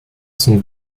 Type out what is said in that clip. son